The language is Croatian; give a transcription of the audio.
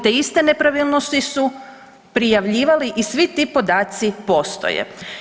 Te iste nepravilnosti su prijavljivali i svi ti podaci postoje.